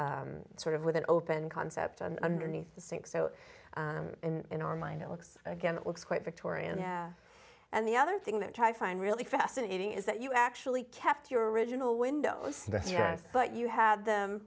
that sort of with an open concept and underneath the sink so in our mind it looks again it looks quite victorian yeah and the other thing that try find really fascinating is that you actually kept your original windows yes but you had them